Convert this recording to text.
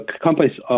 companies